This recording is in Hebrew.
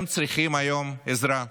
הם צריכים היום עזרה.